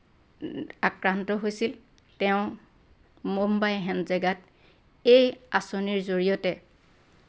আক্ৰান্ত হৈ তেওঁ মুম্বাই হেন জেগাত এই আচনিৰ জৰিয়তে